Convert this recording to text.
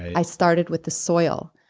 i started with the soil,